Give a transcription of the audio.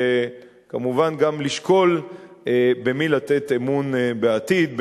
וכמובן גם לשקול במי לתת אמון בעתיד,